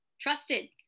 trusted